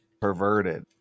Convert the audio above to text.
perverted